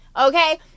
okay